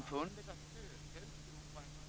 Fru talman!